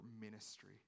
ministry